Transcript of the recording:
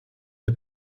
der